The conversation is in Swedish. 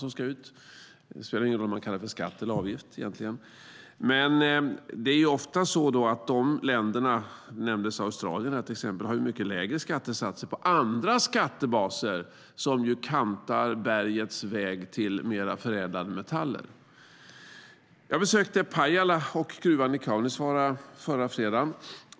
Det spelar egentligen ingen roll om de kallas för skatt eller avgift. Men ofta har de länderna - här nämndes till exempel Australien - mycket lägre skattesatser på andra skattebaser som ju kantar bergets väg till mer förädlade metaller. Jag besökte Pajala och gruvan i Kaunisvaara förra fredagen.